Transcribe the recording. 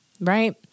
Right